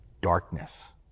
darkness